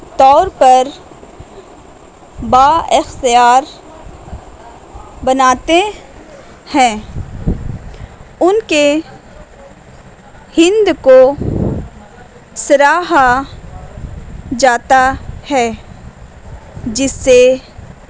طور پر با اختیار بناتے ہیں ان کے ہند کو سراہا جاتا ہے جس سے